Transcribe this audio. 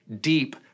deep